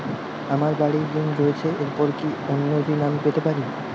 আমার বাড়ীর ঋণ রয়েছে এরপর কি অন্য ঋণ আমি পেতে পারি?